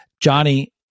Johnny